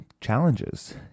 challenges